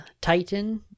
titan